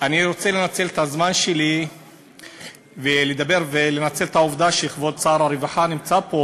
אני רוצה לנצל את הזמן שלי ולנצל את העובדה שכבוד שר הרווחה נמצא פה